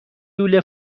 لوله